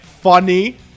funny